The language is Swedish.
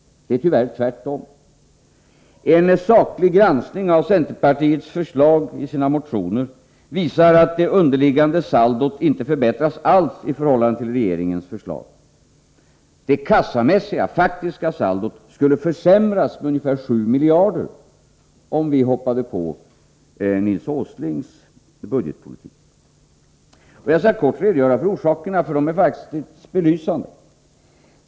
Det är, tyvärr, tvärtom. Om man 43 sakligt granskar centerpartiets motionsförslag, visar det sig att det underliggande saldot inte alls skulle förbättras, i förhållande till regeringens förslag. Det kassamässiga, faktiska saldot skulle försämras med ungefär 7 miljarder om vi ”hoppade på” Nils Åslings budgetpolitik. Jag skall kort redogöra för orsakerna. De är faktiskt belysande.